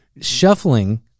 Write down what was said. Shuffling